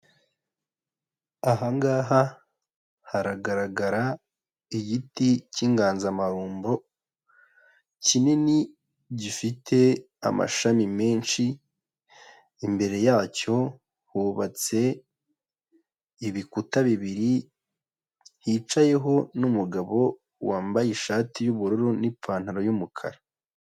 Ahangaha haragaragara igiti cy'inganzamarumbo kinini gifite amashami menshi, imbere yacyo hubatse ibikuta bibiri, hicayeho n'umugabo wambaye ishati y'ubururu n'ipantaro y'umukara.